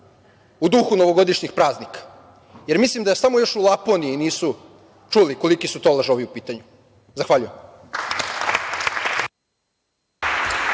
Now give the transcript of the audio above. u duhu novogodišnjih praznika, jer mislim da samo još u Laponiji nisu čuli koliki su to lažovi u pitanju. Zahvaljujem.